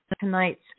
tonight's